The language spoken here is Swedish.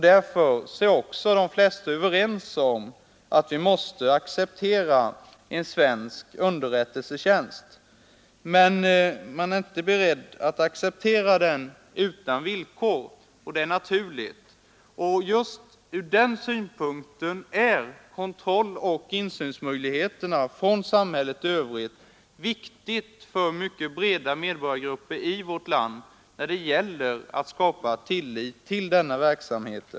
Därför är också de flesta överens om att vi måste acceptera en svensk underrättelsetjänst. Men man är inte beredd att acceptera den utan villkor, och det är naturligt. Just ur den synpunkten är kontrolloch insynsmöjligheterna från samhället i övrigt någonting viktigt för mycket breda medborgargrupper i vårt land när det gäller att skapa tillit för denna verksamhet.